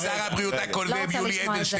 העליתי הצעה לסדר אצל שר הבריאות הקודם יולי אדלשטיין,